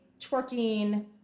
twerking